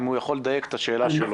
אם הוא יכול לדייק את השאלה שלו.